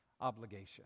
obligation